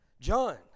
John